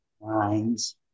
lines